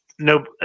No